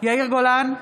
יאיר גולן,